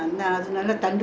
we bring her along